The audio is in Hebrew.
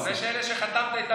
לא, זה אלה שחתמת איתם הסכם.